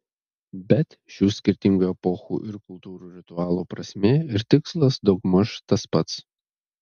bet šių skirtingų epochų ir kultūrų ritualų prasmė ir tikslas daugmaž tas pats